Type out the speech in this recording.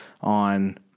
on